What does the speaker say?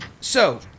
So-